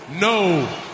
no